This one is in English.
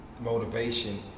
motivation